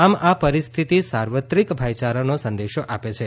આમ આ પરિસ્થિતિ સાર્વત્રિક ભાઇયારાનો સંદેશો આપે છે